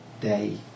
day